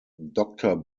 doctor